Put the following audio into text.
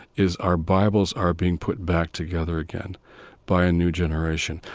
is our bibles are being put back together again by a new generation.